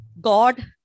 God